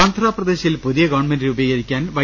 ആന്ധ്രാപ്രദേശിൽ പുതിയ ഗവൺമെന്റ് രൂപീകരിക്കാൻ വൈ